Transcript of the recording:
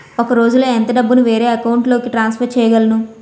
ఒక రోజులో ఎంత డబ్బుని వేరే అకౌంట్ లోకి ట్రాన్సఫర్ చేయగలను?